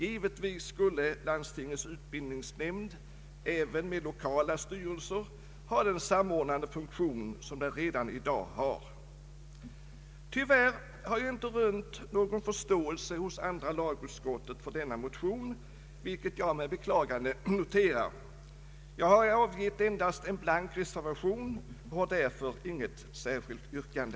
Givetvis skulle landstingets utbildningsnämnd även med lokala styrelser ha den samordnande funktion som den redan i dag har. Tyvärr har jag inte rönt någon förståelse hos andra lagutskottet för min motion, vilket jag med beklagande noterar. Jag har avgett endast en blank reservation och har därför inget särskilt yrkande.